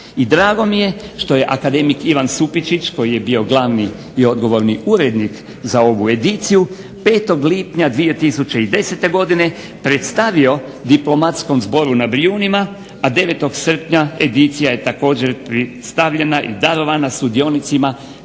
I drago mi je što je akademik Ivan Supičić koji je bio glavni i odgovorni urednik za ovu ediciju 5. lipnja 2010. godine predstavio diplomatskom zboru na Brijunima, a 9. srpnja edicija je također predstavljena i darovana sudionicima